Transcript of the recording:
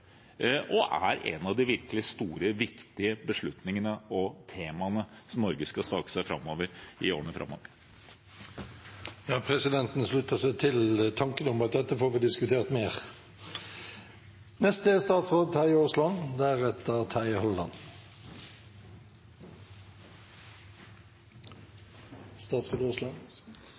Det er en av de virkelig store, viktige beslutningene og temaen Norge skal stake ut i årene framover. Presidenten slutter seg til tanken om at dette skal vi få diskutert mer. Jeg kan følge opp saksordføreren i saken, for jeg håper at en i fortsettelsen av debatten innser at det er